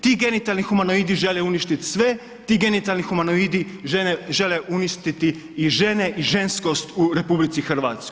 Ti genitalni humanoidi žele uništiti sve, ti genitalni humanoidi žele uništiti i žene i ženskost u RH.